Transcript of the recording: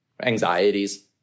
anxieties